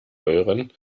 euren